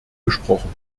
gesprochen